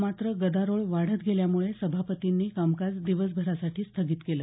मात्र गदारोळ वाढत गेल्यामुळे सभापतींनी कामकाज दिवसभरासाठी स्थगित केलं